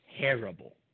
terrible